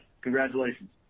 Congratulations